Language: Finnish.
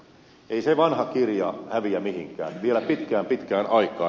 ei se vanha kirja häviä mihinkään vielä pitkään pitkään aikaan